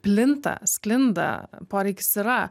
plinta sklinda poreikis yra